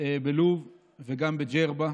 בלוב וגם בג'רבה,